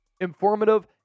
informative